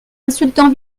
insultant